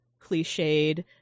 cliched